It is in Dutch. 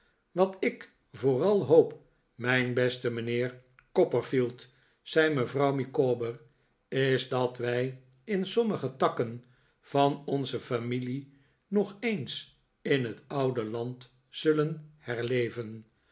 wat i k vooral hoop mijn beste mijnheer copperfield zei mevrouw micawber is dat wij in sommige takken van onze familie nog eens in het oude land zullen herleven